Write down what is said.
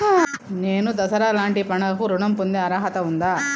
నేను దసరా లాంటి పండుగ కు ఋణం పొందే అర్హత ఉందా?